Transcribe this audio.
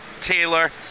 Taylor